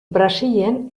brasilen